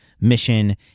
mission